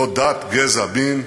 לא דת, גזע, מין,